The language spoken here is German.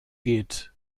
geht